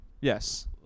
Yes